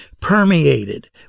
permeated